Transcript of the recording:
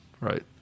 Right